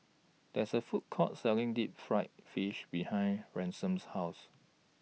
There IS A Food Court Selling Deep Fried Fish behind Ransom's House